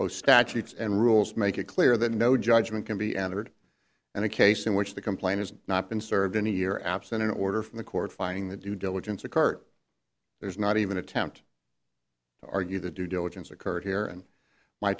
oh statutes and rules make it clear that no judgment can be entered and a case in which the complaint has not been served in a year absent an order from the court finding the due diligence occurred there's not even attempt to argue the due diligence occurred here and my